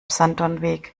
sanddornweg